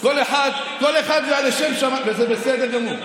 כל אחד והלשם שמיים, וזה בסדר גמור.